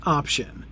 option